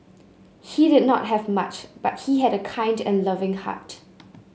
he did not have much but he had a kind and loving heart